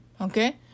okay